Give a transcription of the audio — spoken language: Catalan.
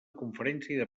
conferència